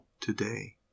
today